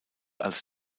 als